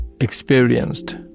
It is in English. experienced